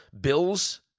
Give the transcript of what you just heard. Bills